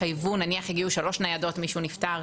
נניח שהגיעו שלוש ניידות כי מישהו נפטר,